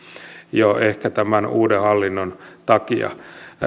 jo ehkä tämän uuden hallinnon takia